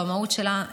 במהות שלה,